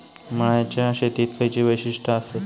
मळ्याच्या शेतीची खयची वैशिष्ठ आसत?